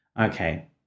Okay